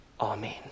Amen